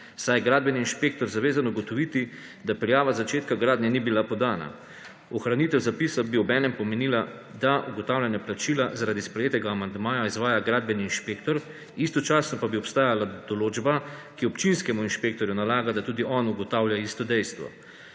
saj je gradbeni inšpektor zavezan ugotoviti, da prijava začetka gradnje ni bila podana. Ohranitev zapisa bi obenem pomenil, da ugotavljanje plačila zaradi sprejetega amandmaja izvaja gradbeni inšpektor, istočasno pa bi obstajala določba, ki občinskemu inšpektorju nalaga, da tudi on ugotavlja isto dejstvo.